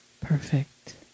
perfect